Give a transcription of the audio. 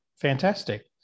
fantastic